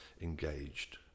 engaged